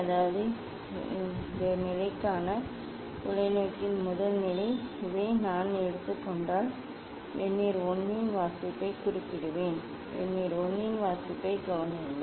அதாவது இந்த நிலைக்கான தொலைநோக்கியின் முதல் நிலை இதை நான் எடுத்துக் கொண்டால் வெர்னியர் 1 இன் வாசிப்பைக் குறிப்பிடுவேன் வெர்னியர் 1 இன் வாசிப்பைக் கவனியுங்கள்